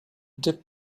the